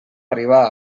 arribar